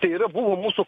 tai yra buvo mūsų